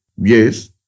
yes